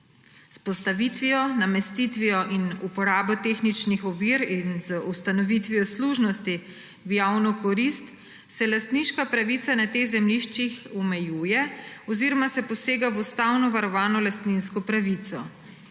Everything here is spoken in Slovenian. S postavitvijo, namestitvijo in uporabo tehničnih ovir in z ustanovitvijo služnosti v javno korist se lastniška pravica na teh zemljiščih omejuje oziroma se posega v ustavno varovano lastninsko pravico.